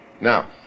Now